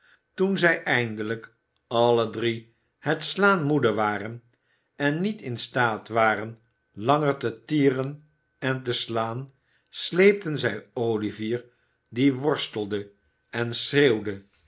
toen zij eindelijk alk drie het slaan moede waren en niet in staat waren langer te tieren en te slaan sleepten zij olivier die worstelde en